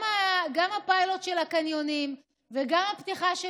גם הפיילוט של הקניונים וגם הפתיחה של